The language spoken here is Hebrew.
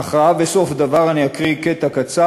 "הכרעה וסוף דבר" אני אקריא קטע קצר,